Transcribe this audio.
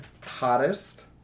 Hottest